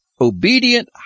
obedient